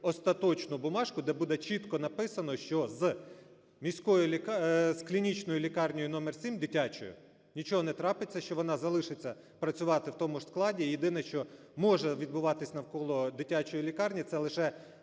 остаточну бумажку, де буде чітко написано, що з міською… з клінічною лікарнею номер 7, дитячою, нічого не трапиться, що вона залишиться працювати в тому ж складі і єдине, що може відбуватися навколо дитячої лікарні – це лише